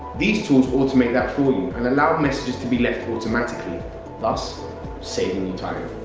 these tools automate that for you and allow messages to be left automatically thus saving you time.